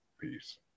Peace